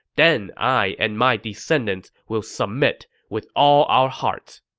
then i and my descendants will submit with all our hearts.